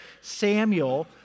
Samuel